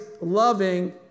loving